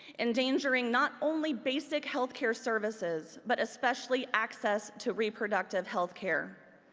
endangering not only basic health care services, but especially access to reproductive health care.